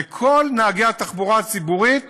וכל נהגי התחבורה הציבורית